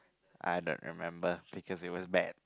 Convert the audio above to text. I don't remember because it was bad